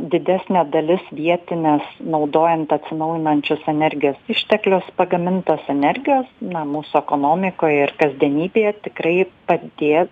didesnė dalis vietinės naudojant atsinaujinančius energijos išteklius pagamintos energijos na mūsų ekonomikoj ir kasdienybėje tikrai padės